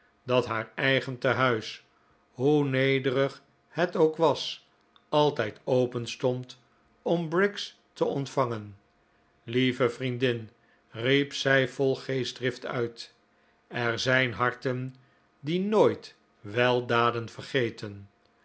dat haar eigen tehuis hoe nederig het ook was altijd open stond om briggs te ontvangen lieve vriendin riep zij vol geestdrift uit er zijn harten die nooit weldaden vergeten